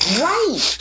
Right